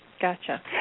Gotcha